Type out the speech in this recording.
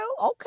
okay